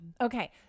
okay